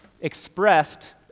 expressed